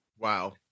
Wow